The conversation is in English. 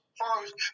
first